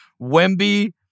Wemby